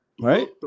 Right